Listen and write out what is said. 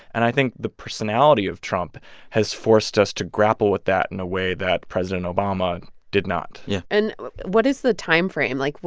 and i think the personality of trump has forced us to grapple with that in a way that president obama and did not yeah and what is the timeframe? like,